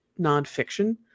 nonfiction